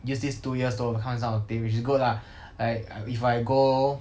use these two years to overcome these kind of things which is good lah like if I go